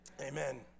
Amen